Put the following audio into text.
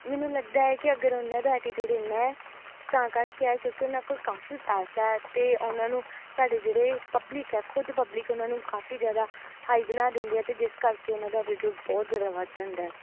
ਮੈਨੂੰ ਲੱਗਦਾ ਹੈ ਕਿ ਅਗਰ ਉਨ੍ਹਾਂ ਦਾ ਐਟੀਟਿਊਡ ਇੰਨਾ ਹੈ ਤਾਂ ਕਰਕੇ ਹੈ ਕਿਉਂਕਿ ਉਨ੍ਹਾਂ ਕੋਲ ਕਾਫੀ ਪੈਸਾ ਹੈ ਤਾਂ ਉਨ੍ਹਾਂ ਨੂੰ ਸਾਡੇ ਜਿਹੜੇ ਪਬਲਿਕ ਹੈ ਖ਼ੁਦ ਪਬਲਿਕ ਉਨ੍ਹਾਂ ਨੂੰ ਕਾਫੀ ਜ਼ਿਆਦਾ ਹਾਈ ਬਣਾ ਦਿੰਦੀ ਆ ਅਤੇ ਜਿਸ ਕਰਕੇ ਉਨ੍ਹਾਂ ਦਾ ਐਟੀਟਿਊਡ ਬਹੁਤ ਜ਼ਿਆਦਾ ਵੱਧ ਜਾਂਦਾ